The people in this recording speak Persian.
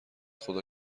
خدا